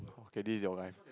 okay this is your life